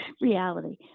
reality